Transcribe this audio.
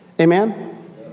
Amen